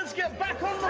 get back on